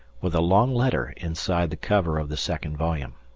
with a long letter inside the cover of the second volume.